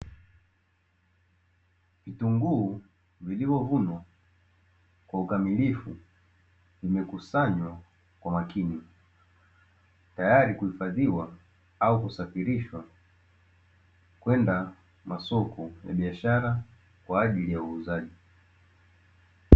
Vitunguu vilivyovunwa kwa ukamilifu vimekusanywa kwa makini, tayari kuhifadhiwa au kusafrishwa kwenda masoko ya biashara kwa ajili ya uuzaji.